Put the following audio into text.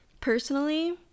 Personally